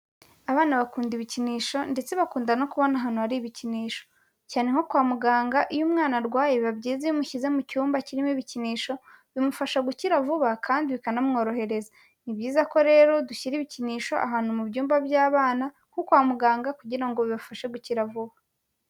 Abana bakunda ibikinisho ndetse bakunda no kubona ahantu hari ibikinisho, cyane nko kwa muganga iyo umwana arwaye biba byiza iyo umushyize mu cyumba kirimo ibikinisho, bimufasha gukira vuba kandi bikanamworohereza, ni byiza ko rero dushyira ibikinisho ahantu mu byumba by'abana nko kwa muganga kugira ngo bibashe gukira vuba.